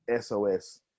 SOS